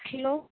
hello